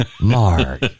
mark